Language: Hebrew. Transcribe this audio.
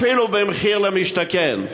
אפילו ב"מחיר למשתכן"?